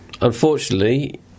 unfortunately